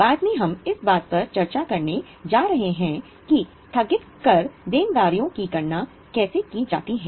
बाद में हम इस बात पर चर्चा करने जा रहे हैं कि स्थगित कर देनदारियों की गणना कैसे की जाती है